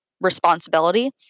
responsibility